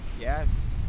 yes